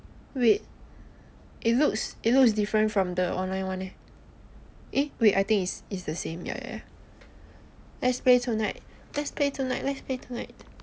wait it looks it looks different from the online [one] leh oh wait I think it's the same ya ya ya let's play tonight let's play tonight let's play tonight